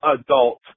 adult